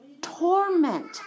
torment